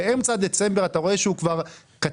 ובאמצע דצמבר אתה רואה שהמחזור שלו כבר קטן,